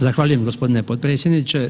Zahvaljujem gospodine potpredsjedniče.